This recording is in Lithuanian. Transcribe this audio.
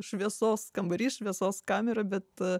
šviesos kambarys šviesos kamera bet